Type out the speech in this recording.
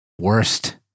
Worst